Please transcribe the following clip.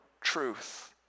truth